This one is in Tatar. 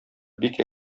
бик